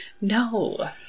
No